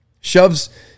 shoves